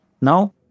Now